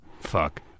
Fuck